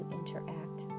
interact